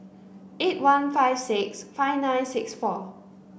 eight one five six five nine six four